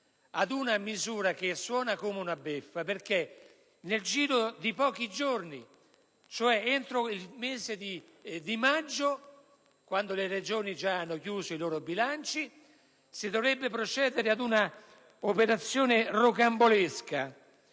ad una misura che suona come una beffa. Infatti, nel giro di pochi giorni, entro il mese di maggio, quando le Regioni già avranno chiuso i loro bilanci, si dovrebbe procedere ad un'operazione rocambolesca: